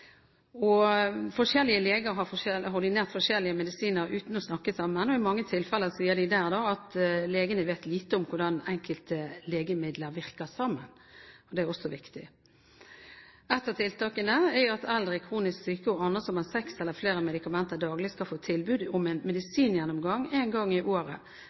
vanedannende. Forskjellige leger har ordinert forskjellige medisiner uten å snakke sammen, og i mange tilfeller vet legene lite om hvordan enkelte legemidler virker sammen. Det er også viktig. Ett av tiltakene er at eldre, kronisk syke og andre som tar seks eller flere medikamenter daglig, skal få tilbud om en medisingjennomgang én gang i året,